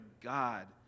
God